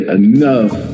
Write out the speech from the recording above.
enough